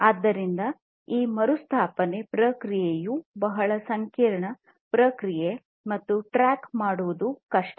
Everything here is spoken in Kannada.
ಆದ್ದರಿಂದ ಆ ಮರುಸ್ಥಾಪನೆ ಪ್ರಕ್ರಿಯೆಯು ಬಹಳ ಸಂಕೀರ್ಣ ಪ್ರಕ್ರಿಯೆ ಮತ್ತು ಟ್ರ್ಯಾಕ್ ಮಾಡುವುದು ಕಷ್ಟ